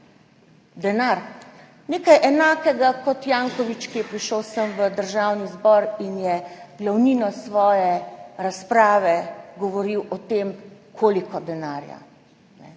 Denar! Enako kot Jankovič, ki je prišel sem v Državni zbor in je glavnino svoje razprave govoril o tem, koliko denarja.